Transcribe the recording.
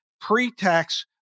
Pre-tax